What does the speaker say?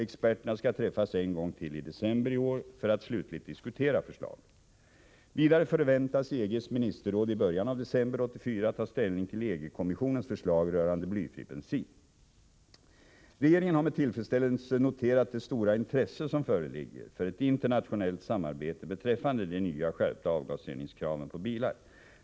Experterna skall träffas en gång till i december i år för att slutligt diskutera förslaget. Vidare förväntas EG:s ministerråd i början av december 1984 ta ställning till EG-kommissionens förslag rörande blyfri bensin. Regeringen har med tillfredsställelse noterat det stora intresse som föreligger för ett internationellt samarbete beträffande de nya skärpta avgasreningskraven vad gäller bilar.